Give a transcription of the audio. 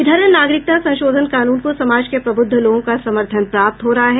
इधर नागरिकता संशोधन कानून को समाज के प्रब्रद्ध लोगों का समर्थन प्राप्त हो रहा है